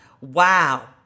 Wow